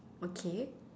okay